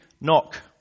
knock